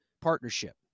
partnership